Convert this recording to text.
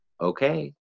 okay